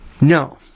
No